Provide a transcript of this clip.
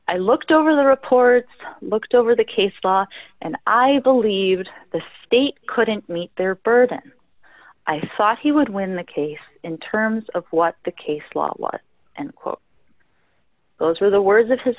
i looked over the reports looked over the case law and i believed the state couldn't meet their burden i thought he would win the case in terms of what the case law was and quote those were the words of his